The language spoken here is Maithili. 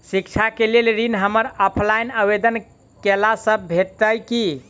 शिक्षा केँ लेल ऋण, हमरा ऑफलाइन आवेदन कैला सँ भेटतय की?